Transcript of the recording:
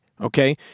okay